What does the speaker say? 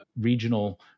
regional